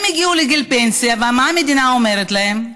הם הגיעו לגיל פנסיה, ומה המדינה אומרת להם?